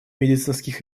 медицинских